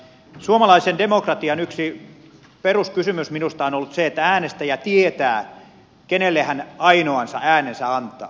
suomalaisen demokratian yksi peruskysymys minusta on ollut se että äänestäjä tietää kenelle hän ainoan äänensä antaa